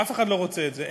אף אחד לא רוצה את זה.